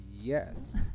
Yes